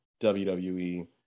wwe